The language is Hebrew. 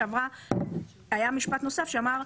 פעם שעברה היה משפט נוסף שאמר: